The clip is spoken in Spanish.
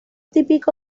típico